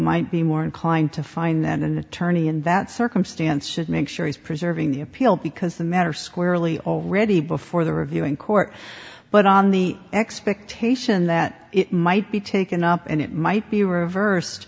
might be more inclined to find than an attorney in that circumstance should make sure he's preserving the appeal because the matter squarely already before the reviewing court but on the expectation that it might be taken up and it might be reverse